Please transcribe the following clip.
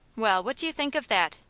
well, what do you think of that?